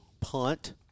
punt